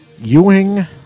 Ewing